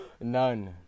None